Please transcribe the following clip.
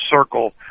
circle